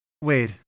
Wait